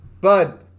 bud